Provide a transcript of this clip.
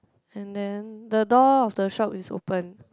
and then the door of the shop is open